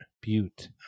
Butte